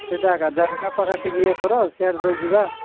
ସେଇଟା ଏକା ଜାଗା ଫାଗା ଟିକେ ଇଏ କର ସିୟାଡ଼େ ରହି ଯିବା